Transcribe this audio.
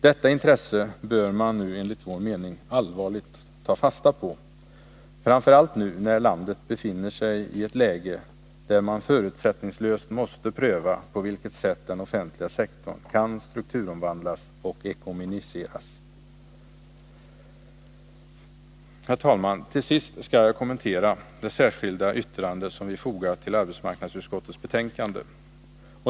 Detta intresse bör man enligt vår mening allvarligt ta fasta på, framför allt nu när landet befinner sig i ett läge där man förutsättningslöst måste pröva på vilket sätt den offentliga sektorn kan strukturomvandlas och ekonomiseras. Herr talman! Till sist skall jag kommentera det särskilda yttrande som vi fogat till arbetsmarknadsutskottets betänkande.